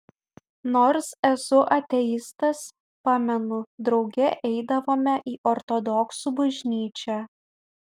nors esu ateistas pamenu drauge eidavome į ortodoksų bažnyčią